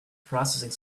processing